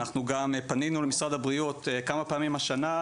אנחנו גם פנינו למשרד הבריאות כמה פעמים השנה,